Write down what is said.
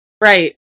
right